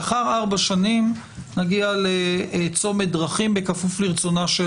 לאחר ארבע שנים נגיע לצומת דרכים בכפוף לרצונה של